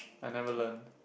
I never learn